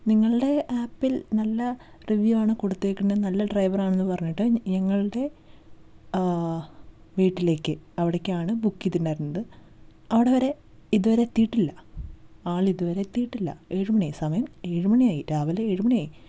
നിങ്ങളുടെ ആപ്പിൽ നല്ല റിവ്യൂ ആണ് കൊടുത്തേക്കണേ നല്ല ഡ്രൈവറാണെന്നു പറഞ്ഞിട്ട് ഞങ്ങളുടെ വീട്ടിലേക്ക് അവിടേക്കാണ് ബുക്ക് ചെയ്തിട്ടുണ്ടായിരുന്നത് അവിടെ വരെ ഇതുവരെ എത്തിയിട്ടില്ല ആൾ ഇതുവരെ എത്തിയിട്ടില്ല ഏഴുമണിയായി സമയം ഏഴുമണിയായി രാവിലെ ഏഴുമണിയായി